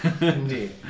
Indeed